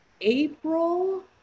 April